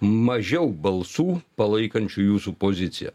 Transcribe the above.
mažiau balsų palaikančių jūsų poziciją